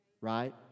right